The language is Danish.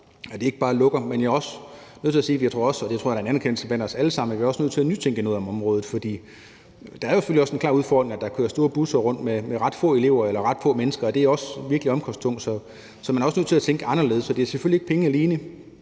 og det tror jeg er en erkendelse blandt os alle sammen, at vi er nødt til at nytænke noget på området, for der er selvfølgelig også en klar udfordring i, at der kører ret store busser rundt med ret få elever eller ret få mennesker, og det er virkelig omkostningstungt; så man er også nødt til at tænke anderledes. Det er selvfølgelig ikke penge alene,